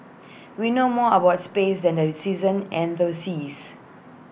we know more about space than the season and the seas